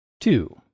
Two